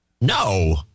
No